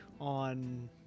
on